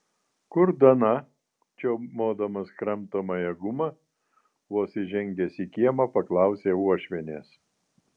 kur dana čiaumodamas kramtomąją gumą vos įžengęs į kiemą paklausė uošvienės